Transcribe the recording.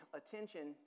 attention